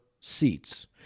seats